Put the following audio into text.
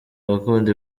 abakunda